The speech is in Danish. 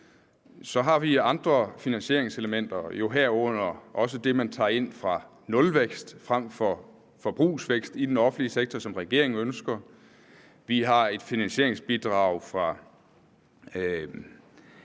Så har vi andre finansieringselementer, herunder også det, man tager ind via nulvækst frem for den forbrugsvækst i den offentlige sektor, som regeringen ønsker; vi har et finansieringsbidrag fra